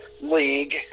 league